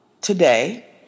today